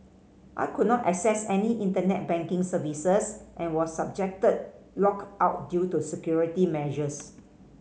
I could not access any Internet banking services and was subject locked out due to security measures